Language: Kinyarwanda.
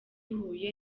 huye